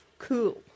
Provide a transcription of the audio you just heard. Cool